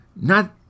Not